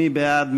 מי בעד?